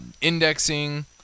indexing